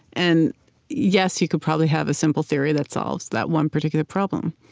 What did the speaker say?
and yes, you could probably have a simple theory that solves that one particular problem.